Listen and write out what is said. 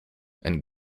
and